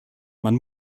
man